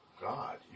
God